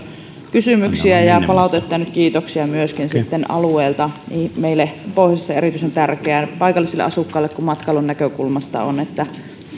kysymyksiä ja palautetta ja nyt kiitoksia sitten myöskin alueelta meille pohjoisessa niin paikallisille asukkaille kuin matkailun näkökulmasta on erityisen tärkeää se että